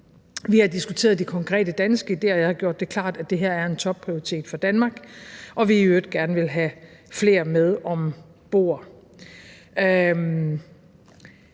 Vi har diskuteret de konkrete danske ideer, og jeg har gjort det klart, at det her er en topprioritet for Danmark, og at vi i øvrigt gerne vil have flere med om bord.